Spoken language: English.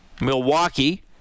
Milwaukee